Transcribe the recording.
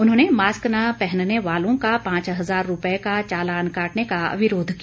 उन्होंने मास्क न पहनने वालों का पांच हजार रुपए का चालान काटने का विरोध किया